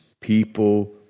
people